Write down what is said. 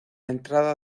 entrada